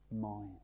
mind